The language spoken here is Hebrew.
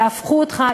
יהפכו אותך,